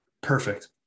perfect